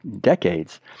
decades